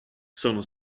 sono